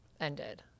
ended